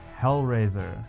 Hellraiser